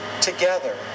together